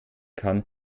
kann